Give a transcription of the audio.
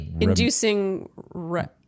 inducing